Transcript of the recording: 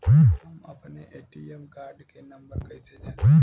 हम अपने ATM card के नंबर कइसे जानी?